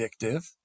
addictive